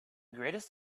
greatest